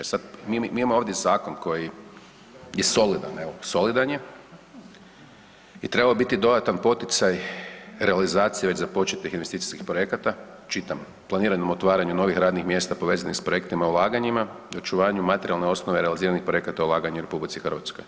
E sad mi imamo ovdje zakon koji je solidan, evo solidan je i treba biti dodatan poticaj realizacije već započetih investicijskih projekata, čitam „planiranjem otvaranje novih radnih mjesta povezanih s projektima i ulaganjima, očuvanje materijalne osnove realiziranih projekata i ulaganja u RH“